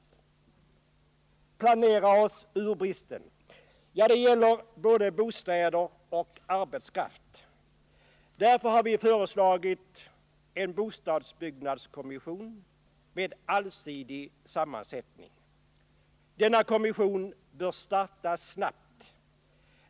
Vi måste planera oss ur bristen på såväl bostäder som arbetskraft. Därför har vi föreslagit en bostadsbyggnadskommission med allsidig sammansättning. Denna kommission bör starta snabbt.